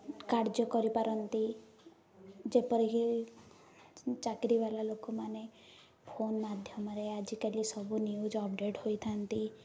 କାର୍ଯ୍ୟ କରିପାରନ୍ତି ଯେପରିକି ଚାକିରିବାଲା ଲୋକମାନେ ଫୋନ୍ ମାଧ୍ୟମରେ ଆଜିକାଲି ସବୁ ନ୍ୟୁଜ୍ ଅପଡ଼େଟ୍ ହୋଇଥାନ୍ତି